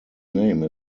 name